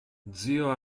zio